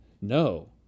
no